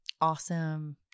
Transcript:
Awesome